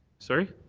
sorry?